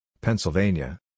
Pennsylvania